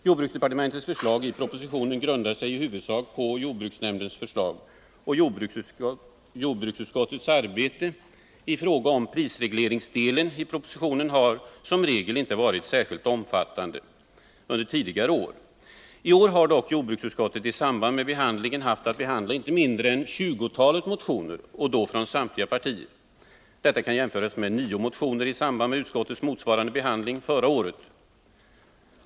Jordbruksdepartementets förslag i propositionen grundar sig i huvudsak på jordbruksnämndens förslag, och jordbruksutskottets arbete i fråga om prisregleringsdelen i propositionen har tidigare år i regel inte varit särskilt omfattande. I år har dock jordbruksutskottet haft att behandla inte mindre än tjugotalet motioner från samtliga partier. Detta kan jämföras med nio motioner i samband med utskottets motsvarande behandling förra året.